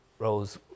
Rose